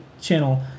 channel